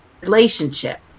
relationship